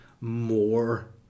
more